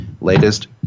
latest